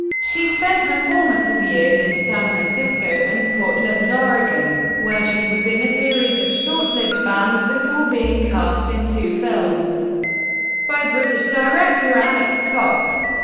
she spent her formative years in san francisco and portland, oregon, where she was in a series of short-lived bands before being cast in two films by british director alex cox.